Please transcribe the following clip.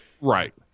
Right